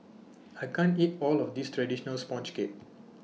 I can't eat All of This Traditional Sponge Cake